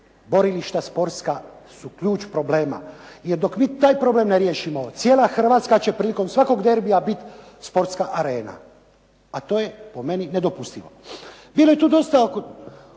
borilišta sportska, su ključ rješenja. Jer dok mi taj problem ne riješimo cijela Hrvatska će prilikom svakog derbija biti sportska arena, a to je po meni nedopustivo. Bilo je tu dosta